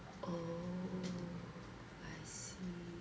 oo I see